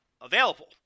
available